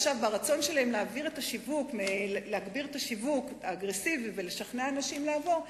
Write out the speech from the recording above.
עכשיו ברצון שלהן להגביר את השיווק האגרסיבי ולשכנע אנשים לעבור,